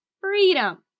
freedom